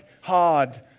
hard